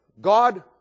God